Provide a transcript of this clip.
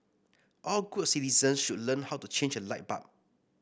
all good citizens should learn how to change a light bulb